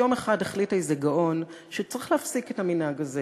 יום אחד החליט איזה גאון שצריך להפסיק את המנהג הזה